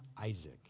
Isaac